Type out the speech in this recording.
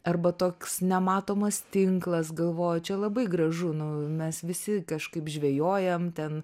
arba toks nematomas tinklas galvoju čia labai gražu nu mes visi kažkaip žvejojam ten